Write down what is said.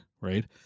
Right